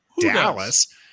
Dallas